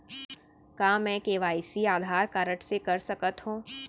का मैं KYC Aadhaar card से कर सकत हो?